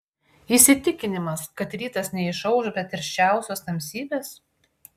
įsitikinimas kad rytas neišauš be tirščiausios tamsybės